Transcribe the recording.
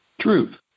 truth